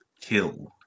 kill